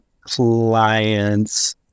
clients